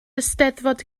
eisteddfod